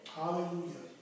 Hallelujah